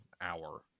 hour